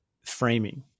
framing